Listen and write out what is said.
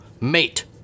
mate